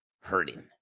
hurting